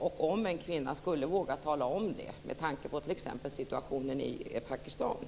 Skulle en kvinna våga tala om det, med tanke på t.ex. situationen i Pakistan?